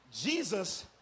Jesus